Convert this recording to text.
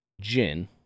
gin